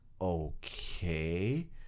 okay